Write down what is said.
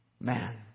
man